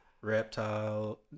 reptile